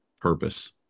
purpose